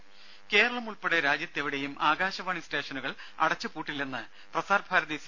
ദേഴ കേരളം ഉൾപ്പെടെ രാജ്യത്ത് എവിടെയും ആകാശവാണി സ്റ്റേഷനുകൾ അടച്ചു പൂട്ടില്ലെന്ന് പ്രസാർഭാരതി സി